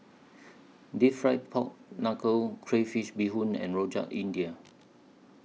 Deep Fried Pork Knuckle Crayfish Beehoon and Rojak India